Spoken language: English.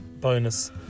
bonus